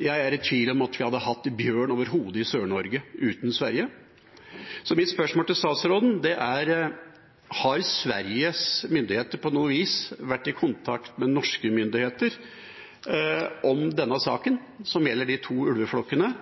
Jeg er i tvil om at vi hadde hatt bjørn overhodet i Sør-Norge uten Sverige. Mitt spørsmål til statsråden er: Har Sveriges myndigheter på noe vis vært i kontakt med norske myndigheter om denne saken som gjelder de to ulveflokkene,